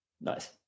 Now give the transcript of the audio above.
Nice